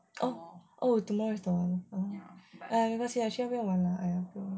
oh tomorrow is the one !aiya! 不要 lah 去那边玩 lah